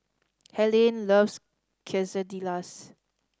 Helaine loves Quesadillas